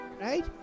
Right